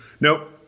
Nope